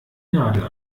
nadel